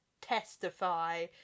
testify